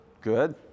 Good